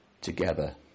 together